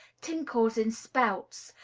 tinkles in spouts,